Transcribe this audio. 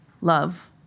Love